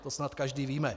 To snad každý víme.